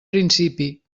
principi